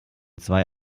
zwei